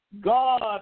God